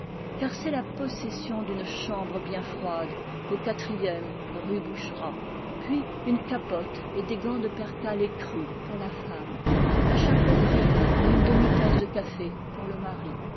car c'est la possession d'une chambre bien froide au quatrième rue bouche rat puis une capote et des gants de percale écrue pour la femme un chapeau gris et une demi-tasse de café pour le mari